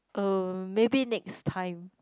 uh maybe next time